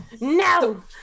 No